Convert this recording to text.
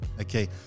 Okay